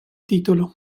titolo